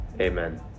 amen